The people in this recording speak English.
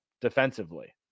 defensively